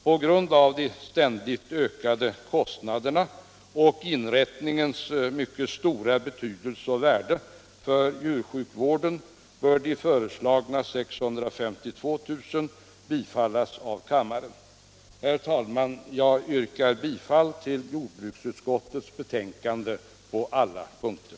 På grund av de ständigt ökande kostnaderna och inrättningens mycket stora betydelse och värde för djursjukvården bör det föreslagna beloppet 652 000 kr. bifallas av kammaren. Herr talman! Jag yrkar bifall till jordbruksutskottets hemställan på alla punkter.